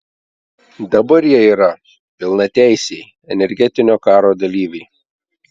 dabar jie yra pilnateisiai energetinio karo dalyviai